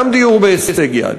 גם דיור בהישג יד,